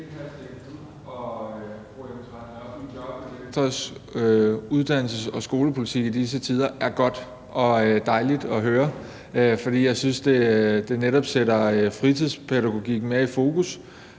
er godt og dejligt at høre, for jeg synes, at det netop sætter fritidspædagogikken mere i fokus